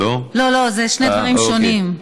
לא, לא, זה שני דברים שונים.